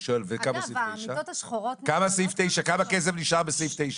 כמה כסף נשאר בסעיף 9?